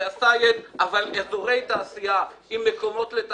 אני הייתי ראש עיריית טייבה וניסינו להקים אזור תעשייה